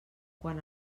quan